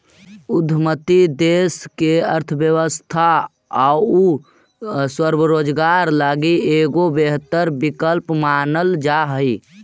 उद्यमिता देश के अर्थव्यवस्था आउ स्वरोजगार लगी एगो बेहतर विकल्प मानल जा हई